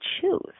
choose